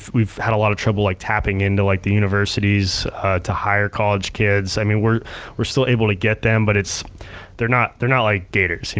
we've had a lot of trouble like tapping into like the universities to hire college kids. i mean we're we're still able to get them, but they're not they're not like gators.